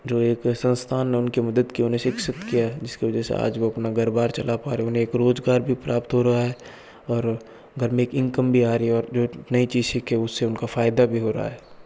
जो एक संस्थान में उनकी मदद की उन्हें शिक्षित किया है जिसकी वजह से आज वो अपना घर बार चला पा रही है उन्हें रोजगार भी प्राप्त हो रहा है और घर में एक इनकम भी आ रही है और नई चीज सीखी उससे उनका फायदा भी हो रहा है